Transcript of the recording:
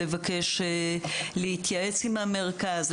לבקש ולהתייעץ עם המרכז,